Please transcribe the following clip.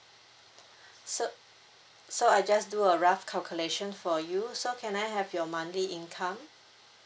so so I just do a rough calculation for you so can I have your monthly income